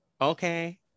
okay